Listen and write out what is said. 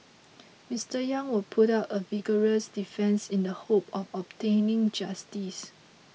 Mister Yang will put up a vigorous defence in the hope of obtaining justice